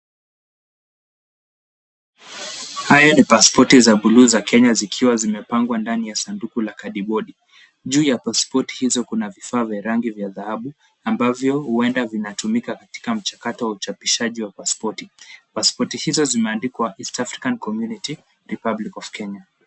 Haya ni pasipoti za buluu za Kenya zikiwa zimepangwa ndani ya sanduku la kadibodi. Juu ya pasipoti hizo kuna vifaa vya rangi vya dhahabu ambavyo huenda zinatumika katika mchakato wa uchapishaji wa pasipoti. Pasipoti hizo zimeandikwa East African community republic of Kenya.